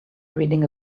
reading